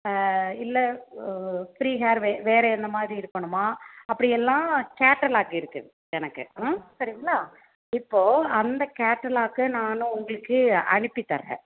இல்லை free hair வே வேறு எந்தமாதிரி இருக்கணுமா அப்படி எல்லாம் கேட்டலாக் இருக்குது எனக்கு ம் சரிங்களா இப்போது அந்த கேட்டலாக்கை நானும் உங்களுக்கு அனுப்பி தரேன்